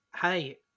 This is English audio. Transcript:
Hey